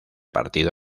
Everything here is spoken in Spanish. partido